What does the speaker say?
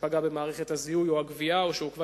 שפגע במערכת הזיהוי או הגבייה או שעוכבה